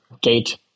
gate